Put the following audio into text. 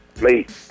late